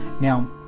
now